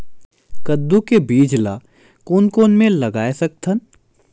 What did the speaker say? कददू के बीज ला कोन कोन मेर लगय सकथन?